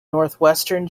northwestern